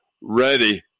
ready